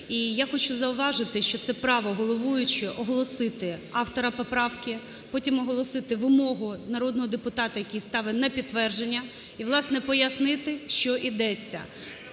І я хочу зауважити, що це право головуючого оголосити автора поправки, потім оголосити вимогу народного депутата, який ставить на підтвердження, і, власне, пояснити, про що ідеться.